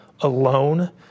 alone